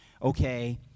okay